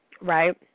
right